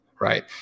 right